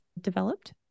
developed